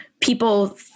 people